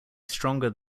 stronger